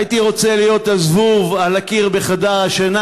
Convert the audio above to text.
הייתי רוצה להיות הזבוב על הקיר בחדר השינה